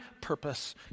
purpose